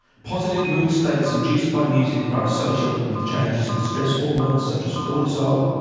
positive mood states induced by music are associated with changes in stress hormones such as cortisol,